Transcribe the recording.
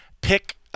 pick